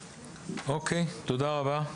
אוקיי, תודה רבה.